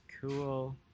Cool